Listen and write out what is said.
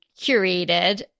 curated